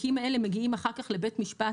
התיקים האלה מגיעים אחר כך לבית משפט